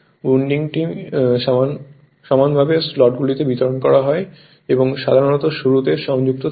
উইন্ডিংটি সমানভাবে স্লটগুলিতে বিতরণ করা হয় এবং সাধারণত শুরুতে সংযুক্ত থাকে